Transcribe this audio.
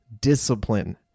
discipline